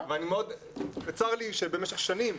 צר לי שבמשך שנים,